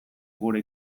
gure